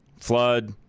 Flood